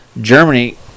Germany